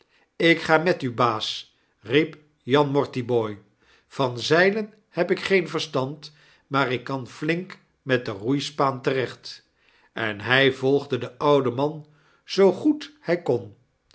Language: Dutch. ik ga met u baas riep jan mortibooi van zeilen heb ik geen verstand maarikkan flink met de roeispaan terecht en hij volgde den ouden man zoo goed hij kon